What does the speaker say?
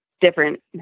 different